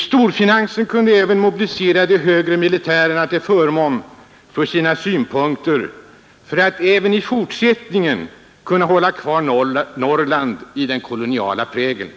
Storfinansen kunde mobilisera de högre militärerna till förmån för sina synpunkter för att även i fortsättningen hålla kvar Norrland i den koloniala prägeln.